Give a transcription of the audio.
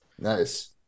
Nice